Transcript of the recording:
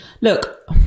look